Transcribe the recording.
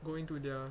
going to their